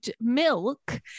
milk